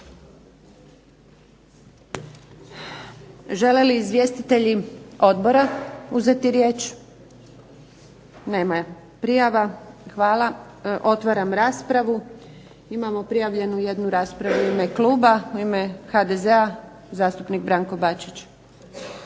Žele li izvjestitelji odbora uzeti riječ? Nema prijava. Hvala. Otvaram raspravu. Imamo prijavljenu jednu raspravu u ime kluba, u ime HDZ-a zastupnik Branko Bačić.